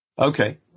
Okay